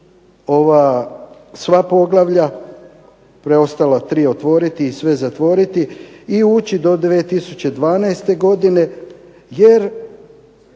sva poglavlja, preostala tri otvoriti i sve zatvoriti i ući do 2012. godine jer